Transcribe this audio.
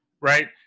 right